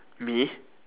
me